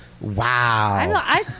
Wow